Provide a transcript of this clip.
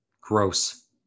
Gross